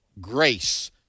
grace